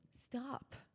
Stop